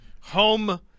Home